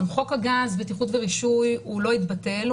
חוק הגז בטיחות ורישוי לא התבטל,